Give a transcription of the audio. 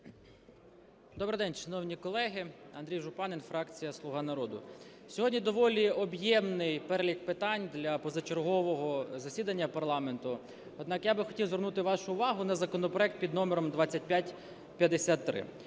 Добрий день, шановні колеги! Андрій Жупанин, фракція "Слуга народу". Сьогодні доволі об'ємний перелік питань для позачергового засідання парламенту. Однак я б хотів звернути вашу увагу на законопроект під номером 2553.